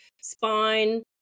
spine